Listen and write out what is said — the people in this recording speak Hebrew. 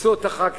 חיפשו את הח"כים,